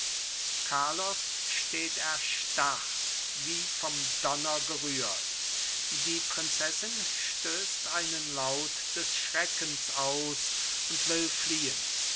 carlos steht erstarrt wie vom donner gerührt die prinzessin stößt einen laut des schreckens aus und will fliehen